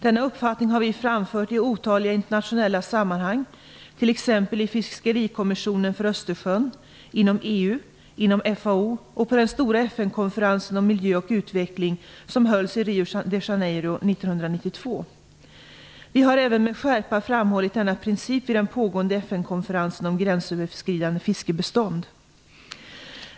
Denna uppfattning har vi framfört i otaliga internationella sammanhang, t.ex. i Fiskerikommissionen för Östersjön, inom EU, inom FAO och på den stora FN-konferensen om miljö och utveckling som hölls i Rio de Janeiro 1992. Vi har även med skärpa framhållit denna princip vid den pågående FN-konferensen om gränsöverskridande fiskebestånd.